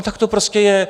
Tak to prostě je.